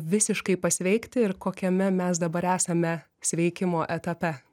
visiškai pasveikti ir kokiame mes dabar esame sveikimo etape